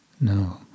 no